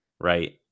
Right